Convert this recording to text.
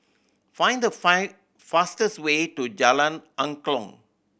find the fastest way to Jalan Angklong